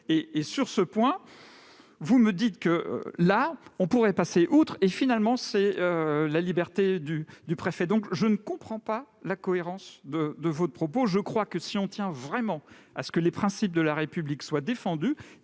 des cultes. Et vous me dites que l'on pourrait passer outre et qu'il s'agit de la liberté du préfet. Je ne comprends donc pas la cohérence de votre propos. Je crois que si l'on tient vraiment à ce que les principes de la République soient défendus,